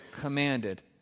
commanded